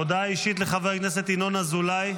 הודעה אישית לחבר הכנסת ינון אזולאי.